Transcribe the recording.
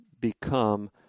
become